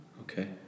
Okay